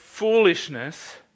foolishness